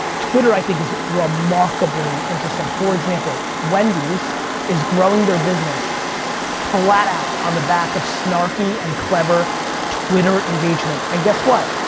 twitter i think is remarkably interesting. for example, wendy's is growing their business flat out on the back of snarky and clever twitter engagement. and guess what?